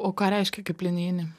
o ką reiškia kaip linijinį